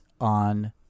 on